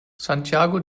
santiago